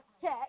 check